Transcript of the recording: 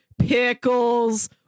pickles